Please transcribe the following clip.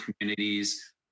communities